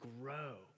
grow